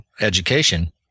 education